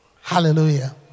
Hallelujah